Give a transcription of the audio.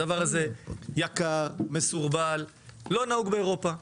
הדבר הזה הוא יקר, מסורבל, לא נהוג באירופה.